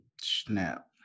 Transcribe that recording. snap